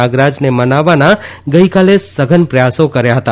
નાગરાજને મનાવાના ગઇકાલે સઘન પ્રથાસી કર્યા હતા